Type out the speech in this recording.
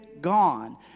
gone